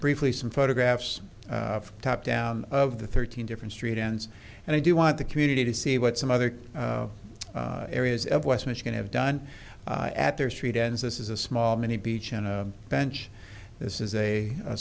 briefly some photographs from top down of the thirteen different street ends and i do want the community to see what some other areas of west michigan have done at their street ends this is a small mini beach on a bench this is a